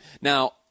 Now